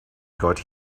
got